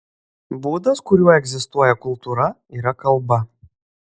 būdas kuriuo egzistuoja kultūra yra kalba